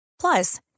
Plus